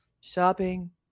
shopping